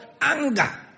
anger